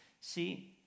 See